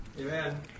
Amen